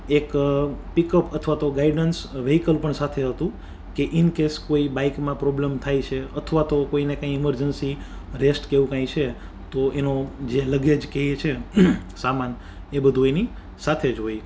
એક pick up અથવા તો ગાઈડન્સ વ્હીકલ પણ સાથે હતું કે ઈન કેસ કોઈ બાઈકમાં પ્રોબ્લ્મ થાય છે અથવા તો કોઈને કંઈ ઈમરજન્સી રેસ્ટ કે એવું કંઈ છે તો એનો જે લગે જ કે ઈ છે સામાન એ બધુ એની સાથે જ હોય